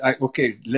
okay